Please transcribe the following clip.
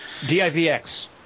DIVX